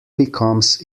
becomes